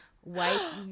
white